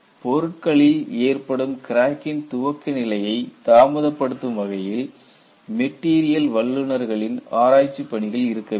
பொருட்களில் ஏற்படும் கிராக்கின் துவக்கநிலையை தாமதப்படுத்தும் வகையில் மெட்டீரியல் வல்லுனர்களின் ஆராய்ச்சி பணிகள் இருக்க வேண்டும்